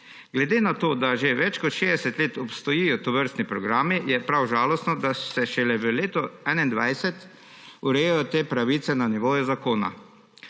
Glede na to, da že več kot 60 let obstajajo tovrstni programi, je prav žalostno, da se šele v letu 2021 urejajo te pravice na nivoju zakona.